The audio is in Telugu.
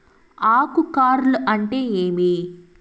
ఆకు కార్ల్ అంటే ఏమి?